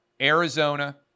Arizona